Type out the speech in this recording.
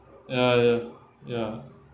ya ya ya